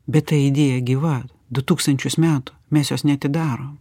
bet ta idėja gyva du tūkstančius metų mes jos neatidarom